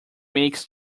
makes